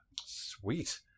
Sweet